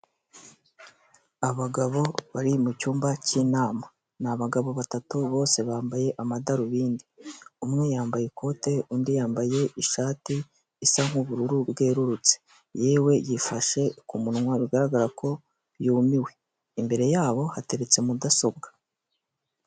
Abagabo bari mu cyumba cy'inama, ni abagabo batatu bose bambaye amadarubindi, umwe yambaye ikote undi yambaye ishati isa nk'ubururu bwerurutse, yewe yifashe ku munwa bigaragara ko yumiwe, imbere yabo hateretse mudasobwa.